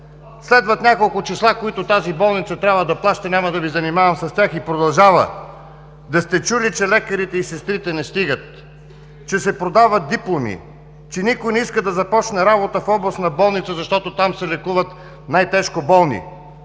Следват няколко суми, които тази болница трябва да плаща – няма да Ви занимавам с тях. И продължава: „Да сте чули, че лекарите и сестрите не стигат, че се продават дипломи, че никой не иска да започне работа в областна болница, защото там се лекуват най-тежко болни?